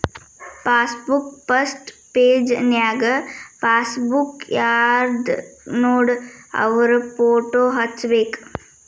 passbook first ಪೆಜನ್ಯಾಗ passbook ಯಾರ್ದನೋಡ ಅವ್ರ ಫೋಟೋ ಹಚ್ಬೇಕ್